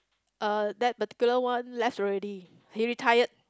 uh that particular one left already he retired